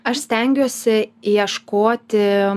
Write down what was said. aš stengiuosi ieškoti